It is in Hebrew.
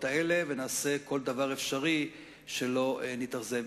האלה ונעשה כל דבר אפשרי כדי שלא נתאכזב.